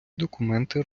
документи